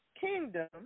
Kingdom